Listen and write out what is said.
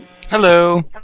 Hello